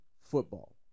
football